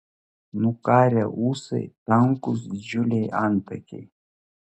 nukarę ūsai tankūs didžiuliai antakiai